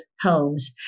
homes